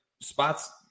spots